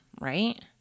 right